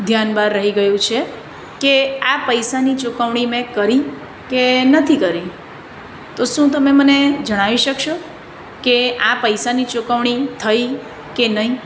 ધ્યાન બહાર રહી ગયું છે કે આ પૈસાની ચુકવણી મેં કરી કે નથી કરી તો શું તમે મને જણાવી શકશો કે આ પૈસાની ચુકવણી થઈ કે નહીં